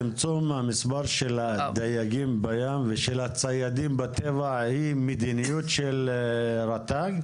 צמצום המספר של הדייגים בים ושל הציידים בטבע היא מדיניות של רט"ג?